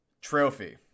trophy